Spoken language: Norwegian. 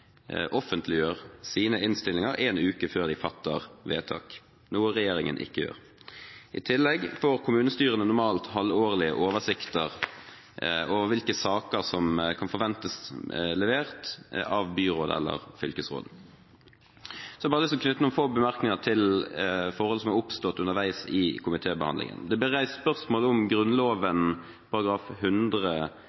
offentliggjør sine innstillinger en uke før de fatter vedtak, noe regjeringen ikke gjør. I tillegg får kommunestyrene normalt halvårlige oversikter over hvilke saker som kan forventes levert av byråd eller fylkesråd. Jeg har bare lyst til å knytte noen få bemerkninger til forhold som har oppstått underveis i komitébehandlingen. Det ble reist spørsmål om forslaget kunne være i strid med Grunnloven § 100